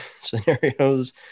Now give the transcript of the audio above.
scenarios